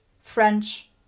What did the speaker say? French